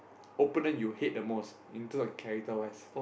opponent you hate the most in terms of character wise